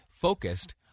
focused